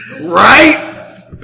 Right